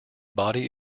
body